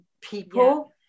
people